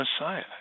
Messiah